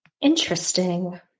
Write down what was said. Interesting